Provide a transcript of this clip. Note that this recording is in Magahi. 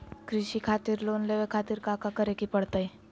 कृषि खातिर लोन लेवे खातिर काका करे की परतई?